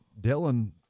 Dylan